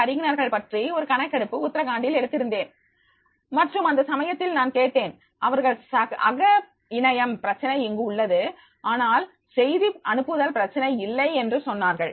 Dஅறிஞர்கள் பற்றி ஒரு கணக்கெடுப்பு உத்தரகாண்டில் எடுத்திருந்தேன் மற்றும் அந்த சமயத்தில் நான் கேட்டேன் அவர்கள் அக இணையம் பிரச்சனை அங்கு உள்ளது ஆனால் செய்தி அனுப்புதல் பிரச்சனை இல்லை என்று சொன்னார்கள்